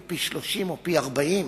אלא פי-30 או פי-40,